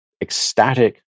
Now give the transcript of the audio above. ecstatic